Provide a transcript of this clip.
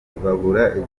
babura